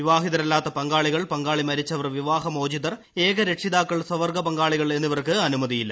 വിവാഹിതരല്ലാത്ത പങ്കാളികൾ പങ്കാളി മരിച്ചവർ വിവാഹമോചിതർ ഏക രക്ഷിതാക്കൾ സവർഗ്ഗ പങ്കാളികൾ എന്നിവർക്ക് അനുമതിയില്ല